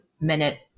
minute